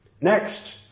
Next